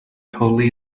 totally